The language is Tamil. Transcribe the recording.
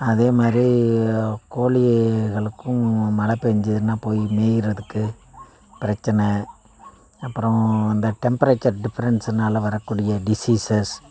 அதே மாதிரி கோழிகளுக்கும் மழை பேஞ்சுதுனா போய் மேய்கிறதுக்கு பிரச்சின அப்புறம் அந்த டெம்பரேச்சர் டிஃப்ரெண்ட்ஸுனால் வரக்கூடிய டிசீஸஸ்